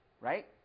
Right